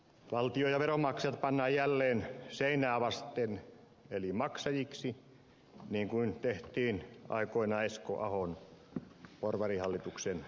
valtio ja veronmaksajat pannaan jälleen seinää vasten eli maksajiksi niin kuin tehtiin aikoinaan esko ahon porvarihallituksen aikana